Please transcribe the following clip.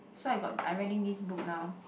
so I got I reading this book now